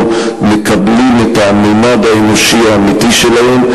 מקבלים את הממד האנושי האמיתי שלהם.